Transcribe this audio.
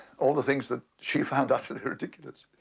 all the things that she found utterly ridiculous.